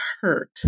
hurt